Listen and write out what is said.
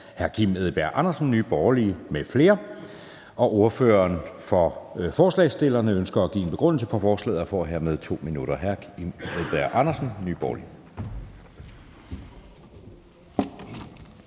Kl. 19:32 Anden næstformand (Jeppe Søe): Ordføreren for forslagsstillerne ønsker at give en begrundelse for forslaget og får hermed 2 minutter. Hr. Kim Edberg Andersen, Nye Borgerlige.